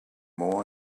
more